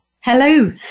Hello